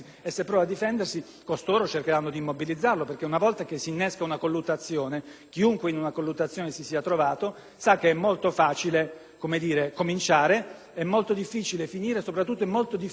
(chiunque vi si sia trovato lo sa), è molto facile cominciare, ma è molto difficile finire e soprattutto è molto difficile capire dove si andrà a finire. Vedete, un poliziotto o un carabiniere